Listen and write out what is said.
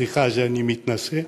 סליחה שאני מתנשא,